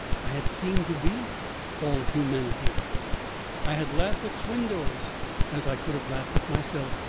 i had seemed to be all humanity i had laughed at swindells as i could have laughed at myself,